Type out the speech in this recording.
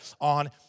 on